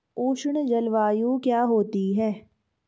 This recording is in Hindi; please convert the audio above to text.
उष्ण जलवायु क्या होती है?